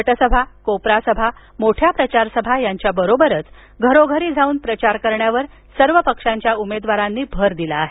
गटसभा कोपरासभा मोठ्या प्रचारसभा यांच्याबरोबरच घरोघरी जाऊन प्रचार करण्यावर सर्व पक्षांच्या उमेदवारांनी भर दिला आहे